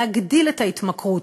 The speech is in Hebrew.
להגדיל את ההתמכרות,